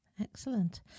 Excellent